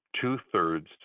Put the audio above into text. two-thirds